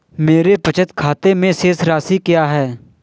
मेरे बचत खाते में शेष राशि क्या है?